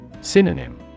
Synonym